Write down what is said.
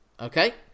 Okay